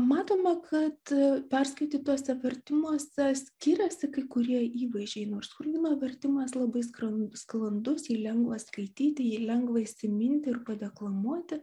matoma kad perskaitytose vertimuose skiriasi kai kurie įvaizdžiai nors churgino vertimas labai skranus sklandus jį lengva skaityti jį lengva įsiminti ir padeklamuoti